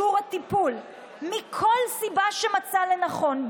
אינו נוכח קרן ברק,